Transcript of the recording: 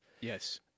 Yes